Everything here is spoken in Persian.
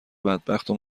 بدبختو